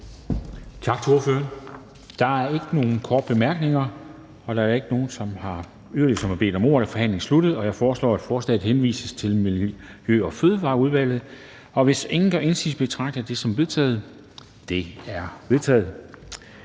Tak til ordføreren. Der er ikke nogen korte bemærkninger. Da der ikke er nogen, som yderligere har bedt om ordet, er forhandlingen sluttet. Jeg foreslår, at forslaget henvises til Miljø- og Fødevareudvalget. Hvis ingen gør indsigelse, betragter jeg det som vedtaget. Det er vedtaget.